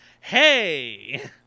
hey